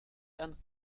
and